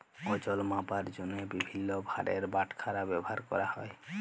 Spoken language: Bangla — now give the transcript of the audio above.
ওজল মাপার জ্যনহে বিভিল্ল্য ভারের বাটখারা ব্যাভার ক্যরা হ্যয়